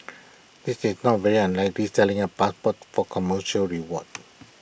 this is not very unlikely selling A passport for commercial reward